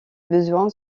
besoin